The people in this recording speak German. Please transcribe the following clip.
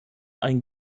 ein